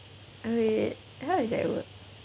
wait how does that work